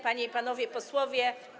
Panie i Panowie Posłowie!